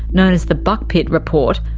known as the buckpitt report,